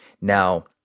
Now